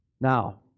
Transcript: Now